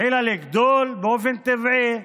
התחילה לגדול באופן טבעי.